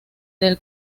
del